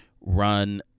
run